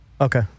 Okay